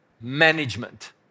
management